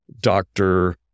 doctor